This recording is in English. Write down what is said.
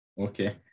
okay